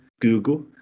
Google